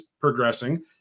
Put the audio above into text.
progressing